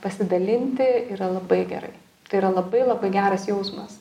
pasidalinti yra labai gerai tai yra labai labai geras jausmas